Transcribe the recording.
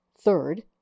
third